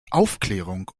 aufklärung